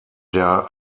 der